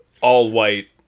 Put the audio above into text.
all-white